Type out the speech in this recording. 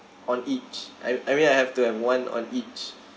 on each I'm I mean I have to have one on each